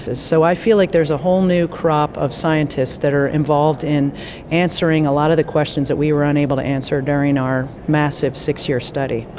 so i feel like there's a whole new crop of scientists that are involved in answering a lot of the questions that we were unable to answer during our massive six-year study.